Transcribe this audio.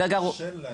אני